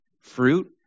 fruit